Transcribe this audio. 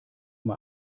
mal